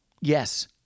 Yes